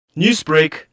Newsbreak